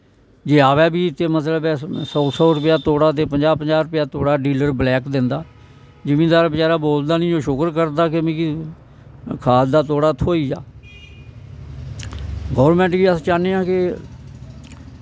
जे अवै बीऽ ते मतलव ऐ सौ सौ रपेआ तोड़ा ते पंजाह् पंजाह् रपेआ तोड़ा डीलर ब्लैक दिंदा जिमीदार बचैरा बोलदा ना ओह् शुकर करदा कि मिगी खाद दा तोड़ा थ्होई जा गौरमैंट गी अस चाह्न्ने आं कि